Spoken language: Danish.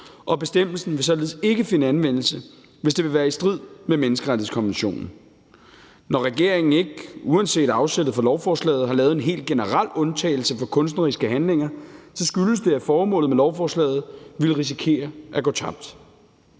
og bestemmelsen vil således ikke finde anvendelse, hvis det vil være i strid med menneskerettighedskonventionen. Når regeringen ikke, uanset afsættet for lovforslaget, har lavet en helt generel undtagelse for kunstneriske handlinger, skyldes det, at formålet med lovforslaget ville risikere at gå tabt.